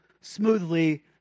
smoothly